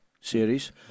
Series